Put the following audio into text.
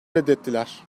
reddettiler